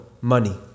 money